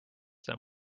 them